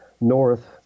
north